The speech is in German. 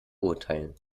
urteilen